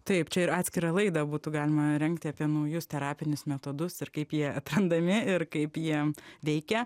taip čia ir atskirą laidą būtų galima rengti apie naujus terapinius metodus ir kaip jie atrandami ir kaip jie veikia